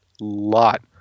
lot